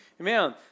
amen